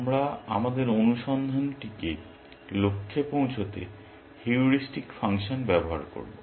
আমরা আমাদের অনুসন্ধানটিকে লক্ষ্যে পৌঁছতে হিউরিস্টিক ফাংশন ব্যবহার করব